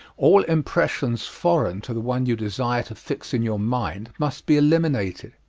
all impressions foreign to the one you desire to fix in your mind must be eliminated.